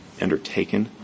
undertaken